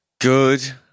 Good